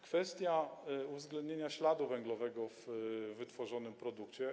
Kwestia uwzględnienia śladu węglowego w wytworzonym produkcie.